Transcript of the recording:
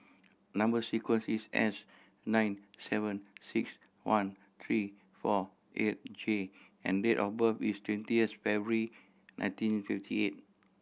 number sequence is S nine seven six one three four eight J and date of birth is twentieth February nineteen fifty eight